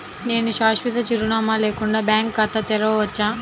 నేను శాశ్వత చిరునామా లేకుండా బ్యాంక్ ఖాతా తెరవచ్చా?